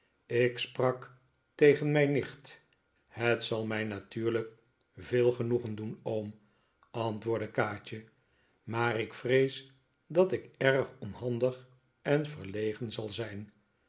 ik sprak tegen mijn nicht het zal mij natuurlijk veel genoegen doen oom antwoordde kaatje maar ik vrees dat ik erg onhandig en verlegen zal zijn